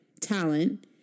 talent